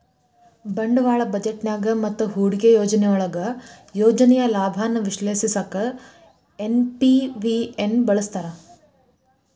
ಬಂಡವಾಳ ಬಜೆಟ್ನ್ಯಾಗ ಮತ್ತ ಹೂಡಿಕೆ ಯೋಜನೆಯೊಳಗ ಯೋಜನೆಯ ಲಾಭಾನ ವಿಶ್ಲೇಷಿಸಕ ಎನ್.ಪಿ.ವಿ ನ ಬಳಸ್ತಾರ